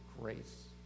grace